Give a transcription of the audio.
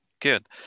Good